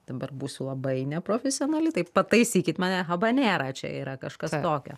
dabar būsiu labai neprofesionali tai pataisykit mane habanera čia yra kažkas tokio